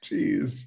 Jeez